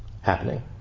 Happening